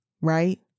right